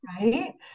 Right